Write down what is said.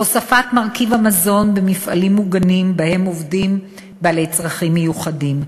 הוספת מרכיב המזון במפעלים מוגנים שבהם עובדים בעלי צרכים מיוחדים,